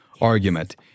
argument